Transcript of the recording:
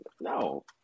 No